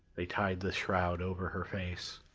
they tied the shroud over her face.